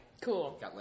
Cool